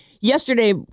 yesterday